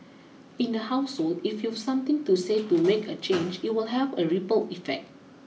in the household if you something to say to make a change it will have a ripple effect